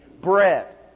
bread